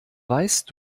weißt